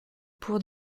pour